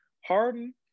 Harden